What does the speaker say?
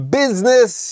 business